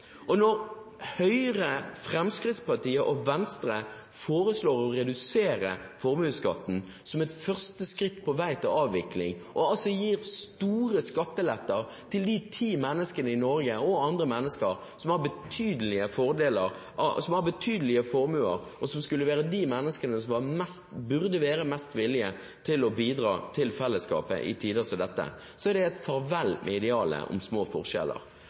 dette. Når Høyre, Fremskrittspartiet og Venstre foreslår å redusere formuesskatten – som et første skritt på vei til avvikling – og altså gir store skatteletter til de ti menneskene i Norge, og andre mennesker, som har betydelige formuer, og som burde være de menneskene som var mest villige til å bidra til fellesskapet i tider som dette, er det et farvel til idealet om små forskjeller.